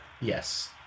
yes